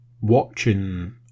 watching